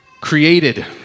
created